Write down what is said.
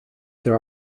there